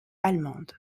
allemande